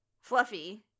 Fluffy